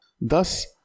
thus